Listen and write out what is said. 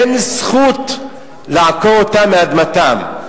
אין זכות לעקור אותם מאדמתם.